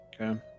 Okay